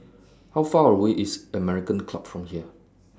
How Far away IS American Club from here